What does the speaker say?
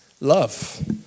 love